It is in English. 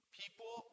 people